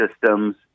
systems